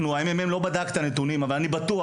מרכז המחקר והמידע לא בדק את הנתונים אבל אני בטוח,